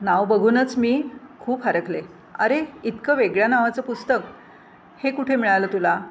नाव बघूनच मी खूप हरखले अरे इतकं वेगळ्या नावाचं पुस्तक हे कुठे मिळालं तुला